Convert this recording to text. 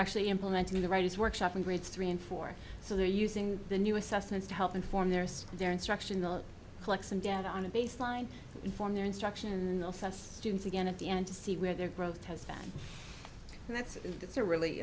actually implementing the writers workshop in grades three and four so they're using the new assessments to help inform their their instructional plex and dad on a baseline inform their instruction and also students again at the end to see where their growth has been and that's that's a really